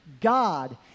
God